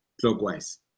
clockwise